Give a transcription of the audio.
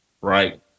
right